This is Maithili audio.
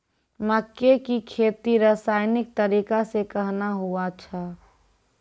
मक्के की खेती रसायनिक तरीका से कहना हुआ छ?